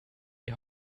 die